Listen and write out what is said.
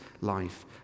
life